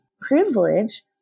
privilege